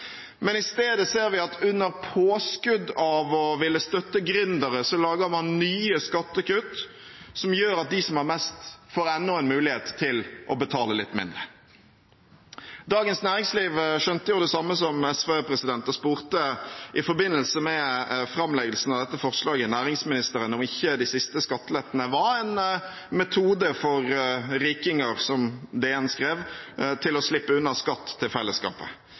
I stedet ser vi at under påskudd av å ville støtte gründere lager man nye skattekutt som gjør at de som har mest, får enda en mulighet til å betale litt mindre. Dagens Næringsliv skjønte det samme som SV og spurte i forbindelse med framleggelsen av dette forslaget næringsministeren om ikke de siste skattelettelsene var «en metode for rikinger å slippe unna skatt til fellesskapet».